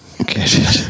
Okay